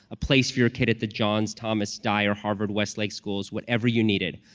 a place for your kid at the johns thomas dye or harvard-westlake schools, whatever you needed.